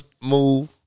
move